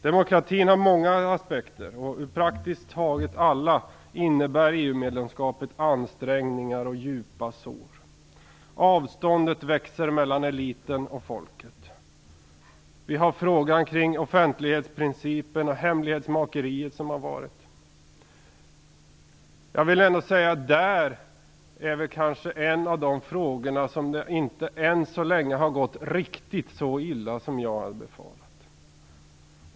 Demokratin har många aspekter, och i praktiskt taget alla innebär EU-medlemskapet ansträngningar och djupa sår. Avståndet växer mellan eliten och folket. Vi kan ta frågan om offentlighetsprincipen och det hemlighetsmakeri som har varit. Jag vill dock säga att det är en av de frågor där det än så länge inte har gått riktigt så illa som jag hade befarat.